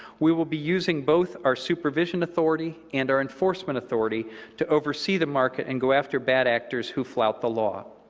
we will be using both our supervision authority and our enforcement authority to oversee the market and go after bad actors who flout the law.